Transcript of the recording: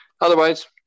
otherwise